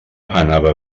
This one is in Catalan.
anava